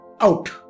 out